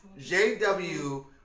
JW